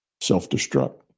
self-destruct